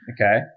Okay